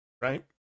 right